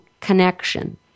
connection